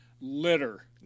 litter